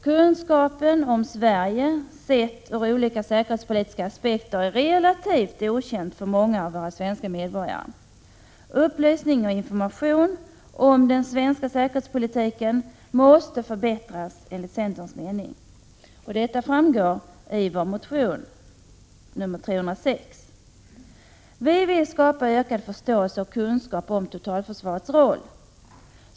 Kunskapen om Sverige, sett ur olika säkerhetspolitiska aspekter, är relativt dålig för många av våra svenska medborgare. Upplysning och information om den svenska säkerhetspolitiken måste enligt centerns mening förbättras, vilket framgår av vår motion Fö306. Vi vill skapa ökad förståelse för och kunskap om totalförsvarets roll.